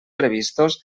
previstos